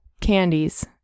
candies